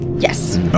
Yes